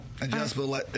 Adjustable